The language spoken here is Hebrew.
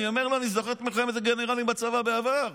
אני אומר לו: אני זוכר את מלחמת הגנרלים בצבא בעבר.